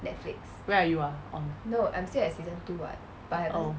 where are you ah on oh